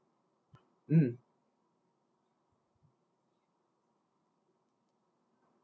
mm